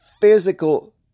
physical